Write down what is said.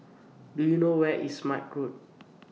Do YOU know Where IS Smart Road